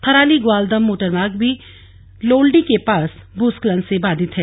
थराली ग्वालदम मोटरमार्ग भी लोल्डी के पास भूस्खलन से बाधित है